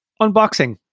unboxing